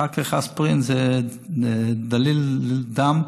אחר כך אספירין זה לדלל דם,